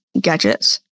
gadgets